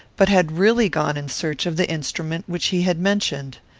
but had really gone in search of the instrument which he had mentioned.